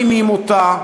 הם לא מבינים אותה,